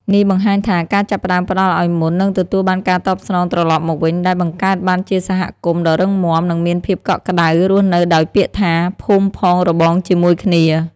នេះបង្ហាញថា ការចាប់ផ្តើមផ្តល់ឲ្យមុន នឹងទទួលបានការតបស្នងត្រឡប់មកវិញ ដែលបង្កើតបានជាសហគមន៍ដ៏រឹងមាំ និងមានភាពកក់ក្តៅ រស់នៅដោយពាក្យថា "ភូមិផងរបងជាមួយគ្នា"។